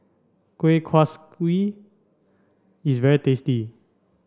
Kueh Kaswi is very tasty